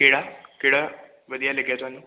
ਕਿਹੜਾ ਕਿਹੜਾ ਵਧੀਆ ਲੱਗਿਆ ਤੁਹਾਨੂੰ